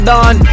Don